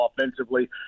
offensively